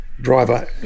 driver